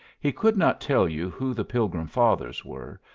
he could not tell you who the pilgrim fathers were,